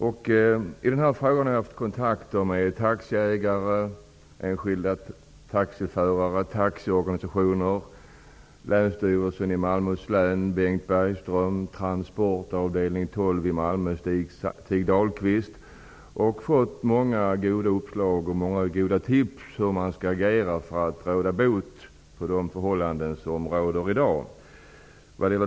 Jag har haft kontakter med taxiägare, enskilda taxiförare, taxiorganisationer, Bengt Bergström på Transports avdelning 12 i Malmö och fått många goda uppslag och många goda tips om hur man skall agera för att råda bot på de förhållanden som råder i dag.